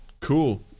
cool